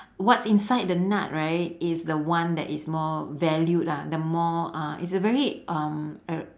what's inside the nut right is the one that is more valued lah the more uh it's a very um a